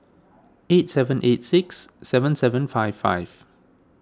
eight seven eight six seven seven five five